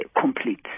complete